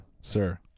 Sir